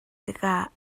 tikah